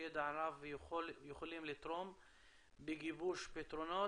ידע רב ויכולים לתרום בגיבוש פתרונות.